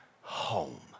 home